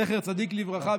זכר צדיק לברכה,